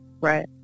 Right